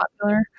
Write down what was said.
popular